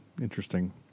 interesting